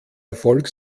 erfolg